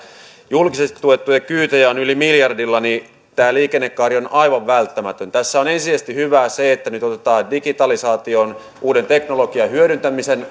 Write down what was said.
julkisesti tuettuja kyytejä on yli miljardilla niin tämä liikennekaari on on aivan välttämätön tässä on ensisijaisesti hyvää se että nyt digitalisaation uuden teknologian hyödyntämisen